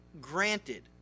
granted